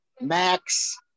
Max